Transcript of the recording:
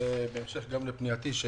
שמתקיים גם בהמשך לפנייתי.